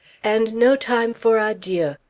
and no time for adieux!